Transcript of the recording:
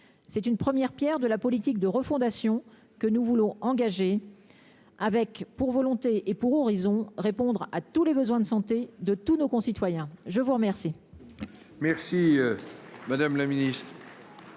C'est une première pierre de la politique de refondation que nous voulons engager avec la volonté- c'est notre horizon -de répondre à tous les besoins de santé de tous nos concitoyens. Je souhaite remercier